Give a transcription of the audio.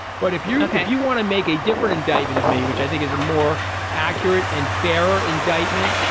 but if you're ok you want to make a different indictment of me which i think is a more accurate and fairer indictment.